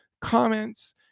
comments